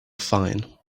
fine